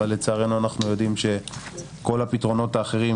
לצערנו אנחנו יודעים שכל הפתרונות האחרים,